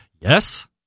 Yes